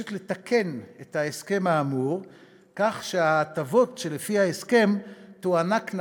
מבקשת לתקן את הסכם האמור כך שההטבות שלפי ההסכם תוענקנה